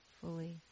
fully